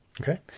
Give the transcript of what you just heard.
okay